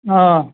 હા